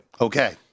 Okay